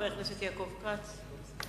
חבר הכנסת יעקב כץ.